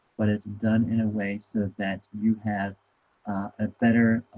but it's done in a way so that you have a better